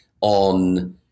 on